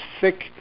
thick